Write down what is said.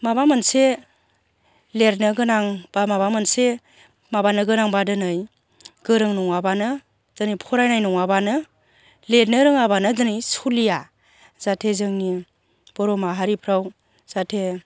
माबा मोनसे लिरनो गोनां बा माबा मोनसे माबोनो गोनांबा दोनै गोरों नङाबानो दोनै फरायनाय नङाबानो लिरनो रोङाबानो दोनै सलिया जाहाथे जोंनि बर' माहारिफ्राव जाहाथे